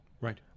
Right